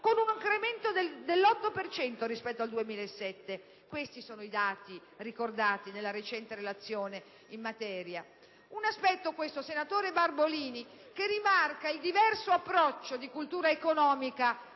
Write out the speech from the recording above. con un incremento dell'8 per cento rispetto al 2007. Questi sono i dati ricordati nella recente relazione in materia. Tale aspetto, senatore Barbolini, rimarca il diverso approccio di cultura economica